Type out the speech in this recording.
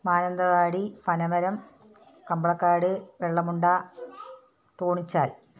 Mananthavady Panamaram Kambalakkad Vellamunda Thonichal